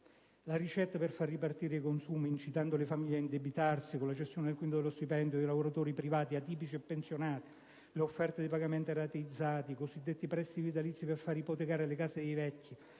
La ricetta per far ripartire i consumi incitando le famiglie ad indebitarsi con la cessione del quinto dello stipendio dei lavoratori privati, atipici e pensionati, le offerte di pagamenti rateizzati, i cosiddetti prestiti vitalizi per far ipotecare le case dei vecchi,